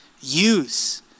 use